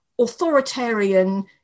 authoritarian